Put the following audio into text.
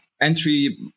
entry